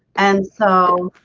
and so